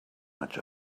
much